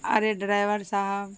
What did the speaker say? ارے driver صاحب